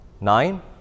Nine